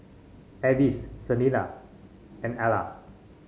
Avis Selina and Ila